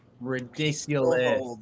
Ridiculous